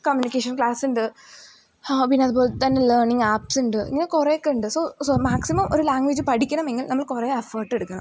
communication ക്ലാസ്സുണ്ട് ഹാ പിന്നെ അതുപോലെതന്നെ ലേണിംഗ് ആപ്പ്സുണ്ട് ഇങ്ങനെ കുറേയൊക്കെയുണ്ട് സോ സോ മാക്സിമം ഒരു ലാംഗ്വേജ് പഠിക്കണമെങ്കിൽ നമ്മൾ കുറേ അഫേട്ട് എടുക്കണം